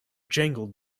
jangled